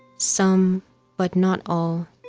some but not all,